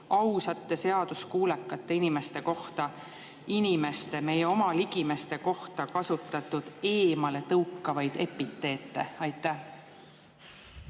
ausate, seaduskuulekate inimeste kohta, Eesti inimeste, meie oma ligimeste kohta kasutatud eemaletõukavaid epiteete? Aitäh,